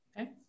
Okay